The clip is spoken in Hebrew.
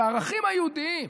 בערכים היהודיים.